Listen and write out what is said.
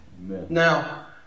Now